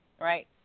right